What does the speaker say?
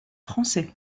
français